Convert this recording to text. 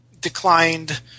declined